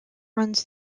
runs